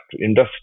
industry